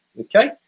okay